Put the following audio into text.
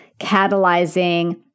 catalyzing